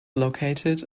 located